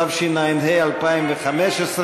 התשע"ה 2015,